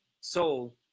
soul